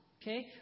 okay